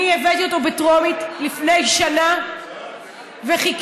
אני הבאתי אותו בטרומית לפני שנה וחיכיתי